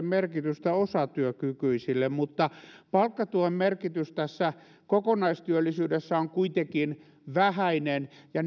merkitystä osatyökykyisille mutta palkkatuen merkitys tässä kokonaistyöllisyydessä on kuitenkin vähäinen ja